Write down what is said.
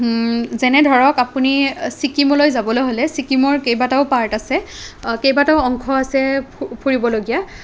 যেনে ধৰক আপুনি ছিকিমলৈ যাবলৈ হ'লে ছিকিমৰ কেইবাটাও পাৰ্ট আছে কেইবাটাও অংশ আছে ফু ফুৰিবলগীয়া